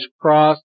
cross